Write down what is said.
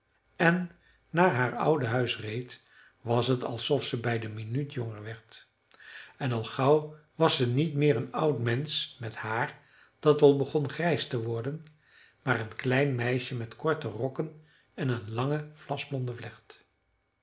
en naar haar oude huis reed was t alsof ze bij de minuut jonger werd en al gauw was ze niet meer een oud mensch met haar dat al begon grijs te worden maar een klein meisje met korte rokken en een lange vlasblonde vlecht